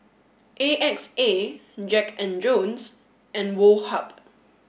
A X A Jack and Jones and Woh Hup